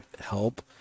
help